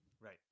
Right